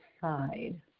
side